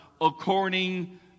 according